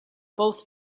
both